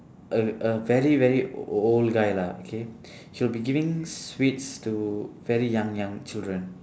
a a very very old guy lah okay he'll be giving sweets to very young young children